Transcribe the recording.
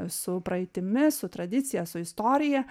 su praeitimi su tradicija su istorija